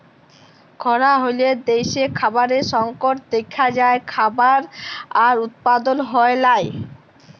খরা হ্যলে দ্যাশে খাবারের সংকট দ্যাখা যায়, খাবার আর উৎপাদল হ্যয় লায়